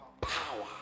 power